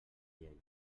llei